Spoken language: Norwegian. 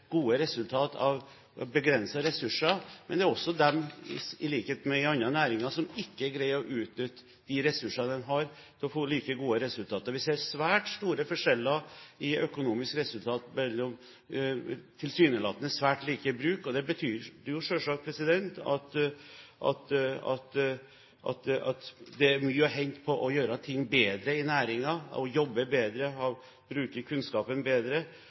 også dem – i likhet med i andre næringer – som ikke greier å utnytte de ressursene de har til å få like gode resultater. Vi ser svært store forskjeller i økonomiske resultater mellom tilsynelatende svært like bruk, og det betyr jo selvsagt at det er mye å hente ved å gjøre ting bedre i næringen – jobbe bedre og bruke kunnskapen bedre.